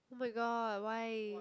oh-my-god why